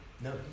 no